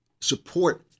support